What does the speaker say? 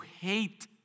hate